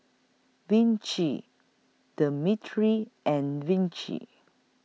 Vichy Cetrimide and Vichy